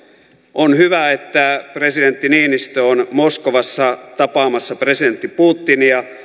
on hyvä että presidentti niinistö on moskovassa tapaamassa presidentti putinia